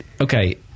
okay